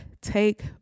take